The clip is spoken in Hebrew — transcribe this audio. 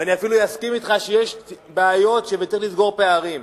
ואפילו אסכים אתך שיש בעיות וצריך לסגור פערים.